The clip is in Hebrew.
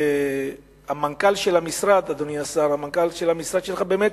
המנכ"ל של המשרד, אדוני השר, באמת